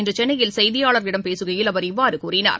இன்று சென்னையில் செய்தியாளர்களிடம் பேசுகையில் அவர் இவ்வாறு கூறினார்